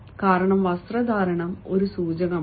കാരണം വസ്ത്രധാരണം ഒരു സൂചകമാണ്